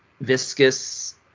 viscous